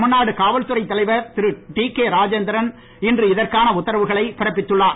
தமிழ்நாடு காவல்துறை தலைவர் திரு டிகே ராஜேந்திரன் இன்று இதற்கான உத்தரவுகளை பிறப்பித்துள்ளார்